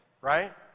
right